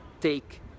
take